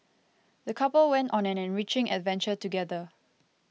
the couple went on an enriching adventure together